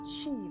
achieve